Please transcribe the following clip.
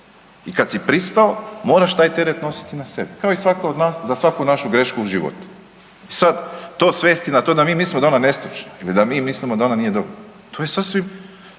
I kada si pristao moraš taj teret nositi na sebi kao i svatko od nas za svaku našu grešku u životu. I sada to svesti na to da mi mislimo da je ona nestručna ili da mi mislimo da ona nije dobra, to je sasvim